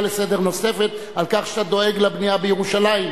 לסדר נוספת על כך שאתה דואג לבנייה בירושלים.